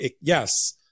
Yes